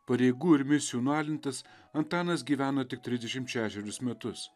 pareigų ir misijų nualintas antanas gyveno tik trisdešimt šešerius metus